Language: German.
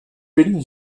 binden